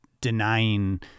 denying